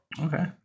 Okay